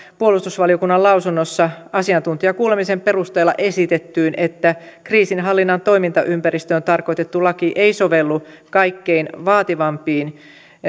puolustusvaliokunnan lausunnossa asiantuntijakuulemisen perusteella esitettyyn että kriisinhallinnan toimintaympäristöön tarkoitettu laki ei sovellu kaikkein vaativimpiin